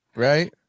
Right